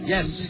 Yes